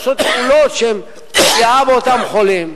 עושות פעולות שהן פגיעה באותם חולים.